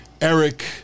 Eric